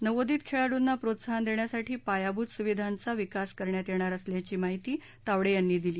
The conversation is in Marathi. नवोदित खेळाडूंना प्रोत्साहन देण्यासाठी पायाभूत सुविधांचा हा विकास करण्यात येणार असल्याची माहिती तावडे यांनी दिली